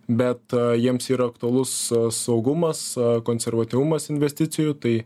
be jiems yra aktualus saugumas konservatyvumas investicijų tai